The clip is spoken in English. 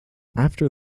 after